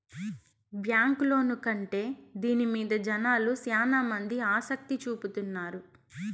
bank loan కంటే దీని మీద జనాలు శ్యానా మంది ఆసక్తి చూపుతున్నారు